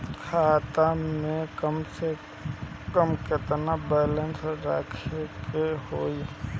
खाता में कम से कम केतना बैलेंस रखे के होईं?